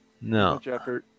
No